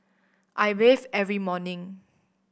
I bathe every morning